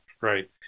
right